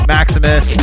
Maximus